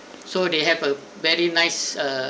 so they have a very nice ah